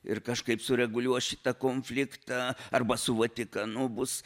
ir kažkaip sureguliuos šitą konfliktą arba su vatikanu bus